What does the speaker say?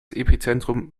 epizentrum